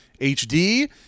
HD